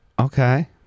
Okay